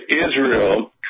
Israel